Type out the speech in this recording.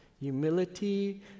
humility